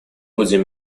будем